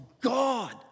God